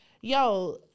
yo